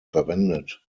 verwendet